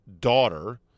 daughter